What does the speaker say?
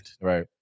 Right